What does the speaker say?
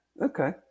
Okay